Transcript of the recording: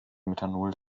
methanol